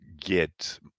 get